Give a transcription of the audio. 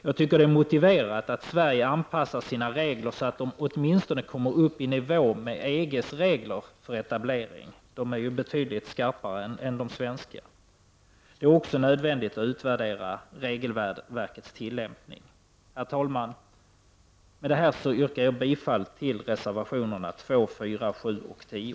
Jag tycker att det är motiverat att Sverige anpassar sina regler så att de åtminstone kommer upp i nivå med EGs regler för etablering, vilka ju är betydligt skarpare än de svenska. Det är också nödvändigt att utvärdera regelverkets tillämpning. Herr talman! Med detta yrkar jag bifall till reservationerna 2, 4, 7 och 10.